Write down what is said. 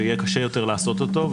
ויהיה קשה יותר לעשות אותו.